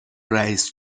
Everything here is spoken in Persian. رئیس